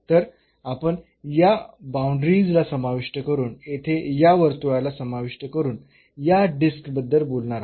तर आपण या बाऊंडरीज ला समाविष्ट करून येथे या वर्तुळाला समाविष्ट करून या डिस्क बद्दल बोलत आहोत